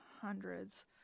hundreds